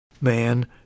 man